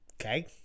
Okay